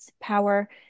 power